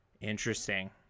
Interesting